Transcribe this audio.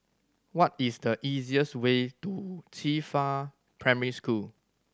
what is the easiest way to Qifa Primary School